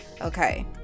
okay